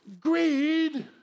greed